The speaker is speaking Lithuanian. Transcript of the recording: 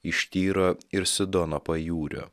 iš tyro ir sidona pajūrio